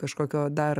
kažkokio dar